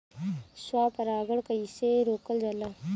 स्व परागण कइसे रोकल जाला?